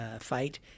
fight